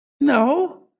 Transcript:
No